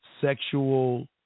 sexual